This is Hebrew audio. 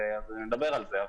נדבר על זה.